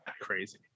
crazy